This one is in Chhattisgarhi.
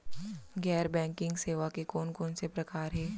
गैर बैंकिंग सेवा के कोन कोन से प्रकार हे?